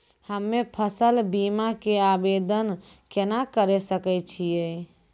हम्मे फसल बीमा के आवदेन केना करे सकय छियै?